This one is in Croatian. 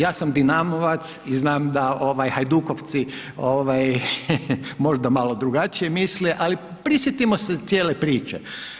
Ja sam Dinamovac i znam da Hajdukovci možda malo drugačije misle ali prisjetimo se cijele priče.